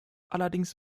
allerdings